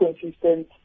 consistent